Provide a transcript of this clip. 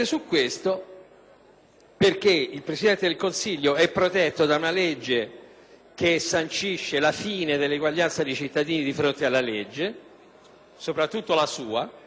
perché il Presidente del Consiglio è protetto da una legge che sancisce la fine dell'uguaglianza dei cittadini di fronte alla legge - soprattutto della sua: